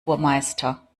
burmeister